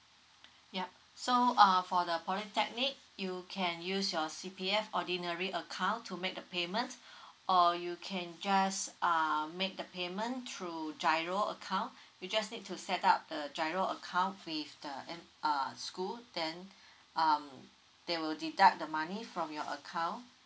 yup so uh for the polytechnic you can use your C_P_F ordinary account to make the payment or you can just uh make the payment through G_I_R_O account you just need to set up the G_I_R_O account with the m~ uh school then um they will deduct the money from your account